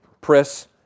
Press